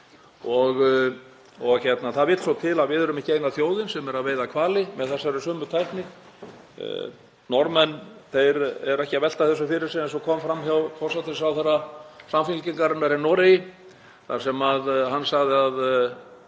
Það vill svo til að við erum ekki eina þjóðin sem er að veiða hvali með þessari sömu tækni, Norðmenn eru ekki að velta þessu fyrir sér, eins og kom fram hjá forsætisráðherra samfylkingarinnar í Noregi þar sem hann sagði að